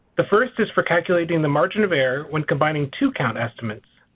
the first is for calculating the margin of error when combining two count estimates.